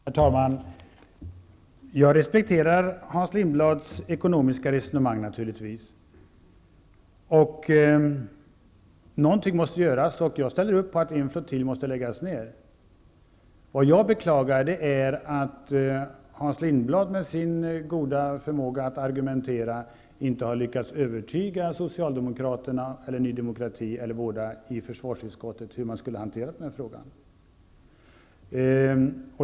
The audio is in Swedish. Herr talman! Jag respekterar naturligtvis Hans Lindblads ekonomiska resonemang. Något måste göras, och jag ställer upp på att en flottilj måste läggas ned. Vad jag beklagar är att Hans Lindblad med sin goda förmåga att argumentera inte har lyckats övertyga Socialdemokraterna eller Ny demokrati eller båda i försvarsutskottet hur man skulle hantera denna fråga.